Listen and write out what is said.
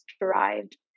derived